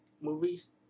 movies